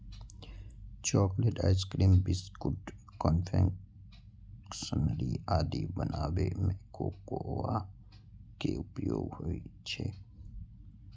chocolate, ice cream, biscuit, confectionery आदि बनाबै मे कोकोआ के उपयोग होइ छै